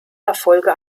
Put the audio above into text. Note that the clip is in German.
erfolge